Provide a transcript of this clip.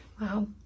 Wow